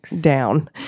down